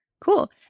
Cool